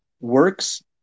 works